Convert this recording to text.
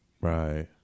right